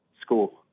school